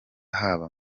haba